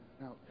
Now